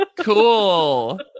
Cool